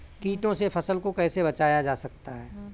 कीटों से फसल को कैसे बचाया जा सकता है?